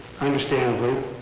understandably